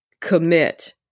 commit